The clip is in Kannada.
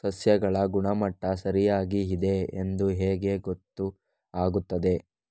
ಸಸ್ಯಗಳ ಗುಣಮಟ್ಟ ಸರಿಯಾಗಿ ಇದೆ ಎಂದು ಹೇಗೆ ಗೊತ್ತು ಆಗುತ್ತದೆ?